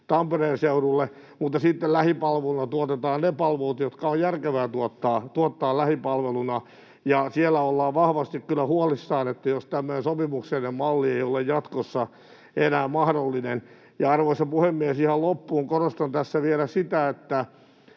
Tampereen seudulle, mutta sitten lähipalveluna tuotetaan ne palvelut, jotka on järkevää tuottaa lähipalveluna — niin siellä ollaan vahvasti kyllä huolissaan, jos tämmöinen sopimuksellinen malli ei ole jatkossa enää mahdollinen. Arvoisa puhemies! Ihan loppuun korostan tässä vielä sitä, että